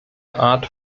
art